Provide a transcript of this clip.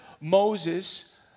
Moses